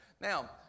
Now